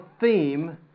theme